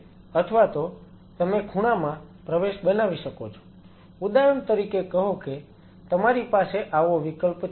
અથવા તો તમે ખૂણામાં પ્રવેશ બનાવી શકો છો ઉદાહરણ તરીકે કહો કે તમારી પાસે આવો વિકલ્પ છે